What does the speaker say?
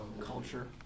Culture